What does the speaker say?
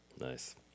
Nice